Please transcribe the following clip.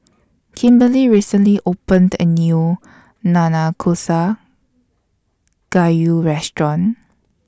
Kimberlee recently opened A New Nanakusa Gayu Restaurant